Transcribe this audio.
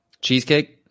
cheesecake